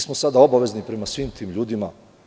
Sada smo obavezni prema svim tim ljudima.